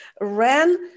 ran